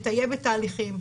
לטייב את התהליכים.